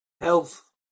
Health